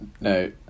no